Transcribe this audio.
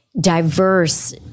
diverse